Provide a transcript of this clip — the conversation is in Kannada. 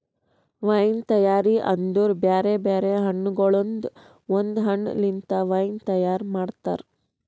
ವೈನ್ ತೈಯಾರಿ ಅಂದುರ್ ಬೇರೆ ಬೇರೆ ಹಣ್ಣಗೊಳ್ದಾಂದು ಒಂದ್ ಹಣ್ಣ ಲಿಂತ್ ವೈನ್ ತೈಯಾರ್ ಮಾಡ್ತಾರ್